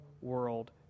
world